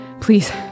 please